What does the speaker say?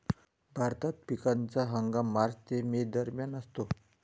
भारतात पिकाचा हंगाम मार्च ते मे दरम्यान असतो